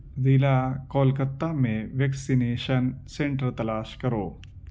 ضلع کولکتہ میں vaccination centre تلاش کرو